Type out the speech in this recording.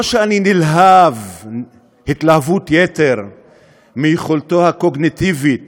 לא שאני נלהב התלהבות יתר מיכולתו הקוגניטיבית